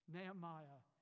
Nehemiah